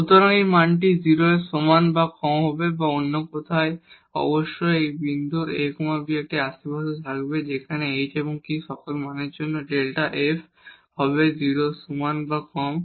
সুতরাং এই মানটি 0 এর সমান বা কম হবে বা অন্য কথায় অবশ্যই এই বিন্দুর a b একটি আশেপাশ থাকবে যেখানে এই h এবং k এর সকল মানের জন্য Δ f হবে 0 এর সমান বা কম